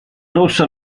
rosso